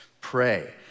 pray